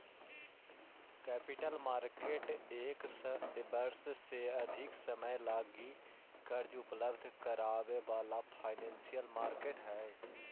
capital market एक वर्ष से अधिक समय लगी कर्जा उपलब्ध करावे वाला फाइनेंशियल मार्केट हई